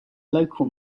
local